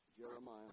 Jeremiah